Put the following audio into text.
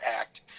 act